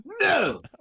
No